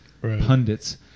pundits